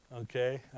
Okay